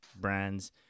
brands